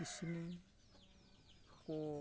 ᱠᱤᱥᱱᱤ ᱠᱚ